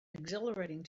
exhilarating